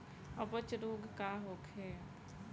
अपच रोग का होखे?